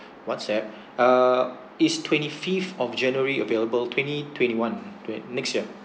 whatsapp err is twenty fifth of january available twenty twenty one twen~ next year